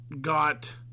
got